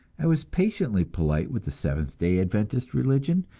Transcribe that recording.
i was patiently polite with the seventh day adventist religion,